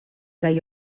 gai